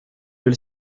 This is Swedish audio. vill